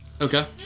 Okay